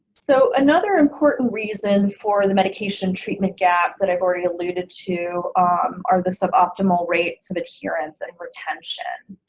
so another important reason for and the medication treatment gap that i've already alluded to are the suboptimal rates of adherence and retention.